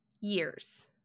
years